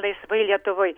laisvai lietuvoj